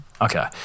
Okay